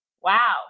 wow